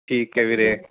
ਠੀਕ ਹੈ ਵੀਰੇ